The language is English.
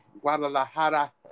Guadalajara